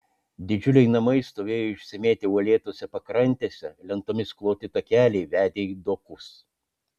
didžiuliai namai stovėjo išsimėtę uolėtose pakrantėse lentomis kloti takeliai vedė į dokus